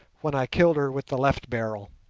when i killed her with the left barrel.